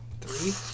three